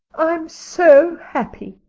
i'm so happy,